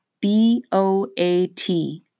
B-O-A-T